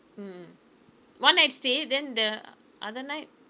mm one night stay then the other night